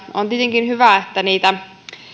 on tietenkin hyvä että niitä